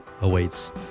awaits